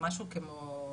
משהו כמו עשר.